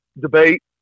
debate